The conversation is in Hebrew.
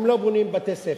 אם לא בונים בתי-ספר,